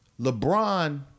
LeBron